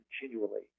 continually